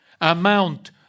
Amount